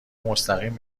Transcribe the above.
مستقیم